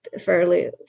fairly